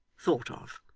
thought of.